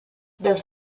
this